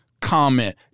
comment